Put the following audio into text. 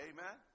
Amen